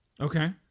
Okay